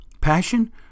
Passion